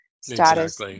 status